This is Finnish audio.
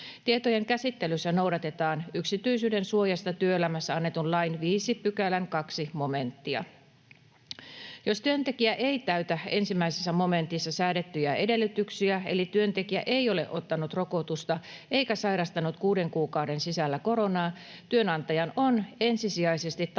Tietojen käsittelyssä noudatetaan yksityisyyden suojasta työelämässä annetun lain 5 §:n 2 momenttia. Jos työntekijä ei täytä 1 momentissa säädettyjä edellytyksiä — eli työntekijä ei ole ottanut rokotusta eikä sairastanut kuuden kuukauden sisällä koronaa — työnantajan on ensisijaisesti tarjottava